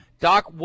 Doc